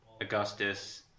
Augustus